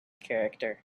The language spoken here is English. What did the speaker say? character